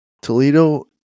Toledo